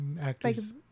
actors